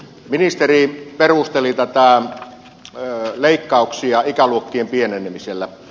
ministeri perusteli näitä leikkauksia ikäluokkien pienenemisellä